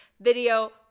video